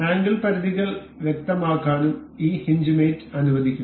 angle പരിധികൾ വ്യക്തമാക്കാനും ഈ ഹിഞ്ച് മേറ്റ് അനുവദിക്കുന്നു